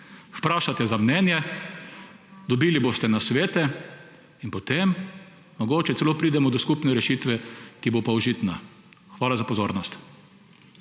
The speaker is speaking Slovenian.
vprašate za mnenje. Dobili boste nasvete in potem mogoče celo pridemo do skupne rešitve, ki bo pa užitna. Hvala za pozornost.